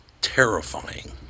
terrifying